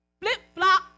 Flip-flop